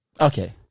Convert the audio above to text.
Okay